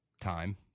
time